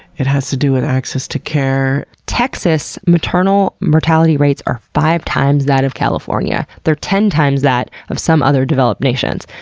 it has to do with access to care. texas maternal mortality rates are five times that of california. they're ten times that of some other developed nations.